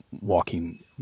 walking